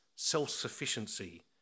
Self-sufficiency